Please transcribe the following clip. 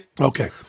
Okay